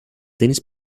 tennis